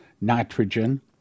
nitrogen